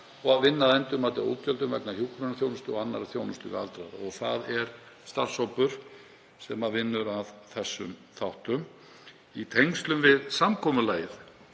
og að vinna að endurmati á útgjöldum vegna hjúkrunarþjónustu og annarrar þjónustu við aldraðra. Það er starfshópur sem vinnur að þessum þáttum. Í tengslum við samkomulagið